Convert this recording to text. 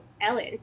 Ellen